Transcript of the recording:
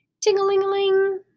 Ting-a-ling-a-ling